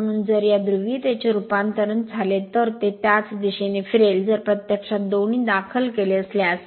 म्हणून जर या ध्रुवीयतेचे रूपांतरण झाले तर ते त्याच दिशेने फिरेल जर प्रत्यक्षात दोन्ही दाखल केले असल्यास